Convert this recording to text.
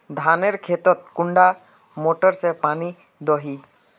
धानेर खेतोत कुंडा मोटर दे पानी दोही?